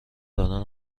دادن